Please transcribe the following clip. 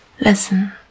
Listen